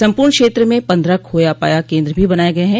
सम्पूर्ण क्षेत्र में पन्द्रह खोया पाया केन्द्र भी बनाये गये हैं